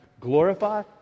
Glorify